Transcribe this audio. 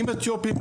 עם אתיופים.